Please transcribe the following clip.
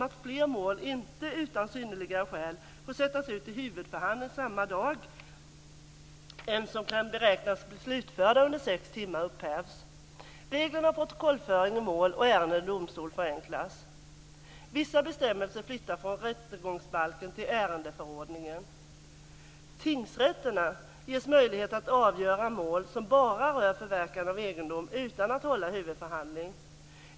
Tingsrätterna ges möjlighet att avgöra mål som bara rör förverkande av egendom utan att hålla huvudförhandling.